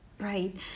Right